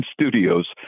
studios